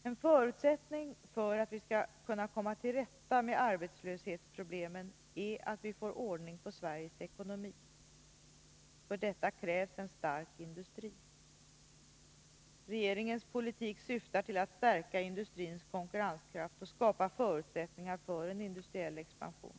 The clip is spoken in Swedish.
En förutsättning för att vi skall kunna komma till rätta med arbetslöshetsproblemen är att vi får ordning på Sveriges ekonomi. För detta krävs en stark industri. Regeringens politik syftar till att stärka industrins konkurrenskraft och skapa förutsättningar för en industriell expansion.